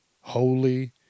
Holy